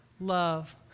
love